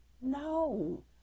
No